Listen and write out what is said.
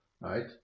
right